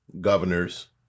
governors